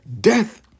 death